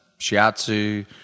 shiatsu